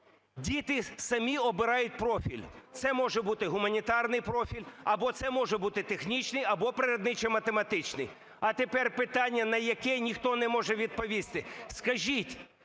діти самі обирають профіль. Це може бути гуманітарний профіль або це може бути технічний, або природничо-математичний. А тепер питання, на яке ніхто не може відповісти. Скажіть,